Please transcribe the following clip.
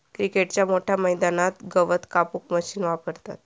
क्रिकेटच्या मोठ्या मैदानात गवत कापूक मशीन वापरतत